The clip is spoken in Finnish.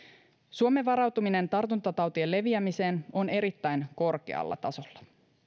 suomen varautuminen tartuntatautien leviämiseen on erittäin korkealla tasolla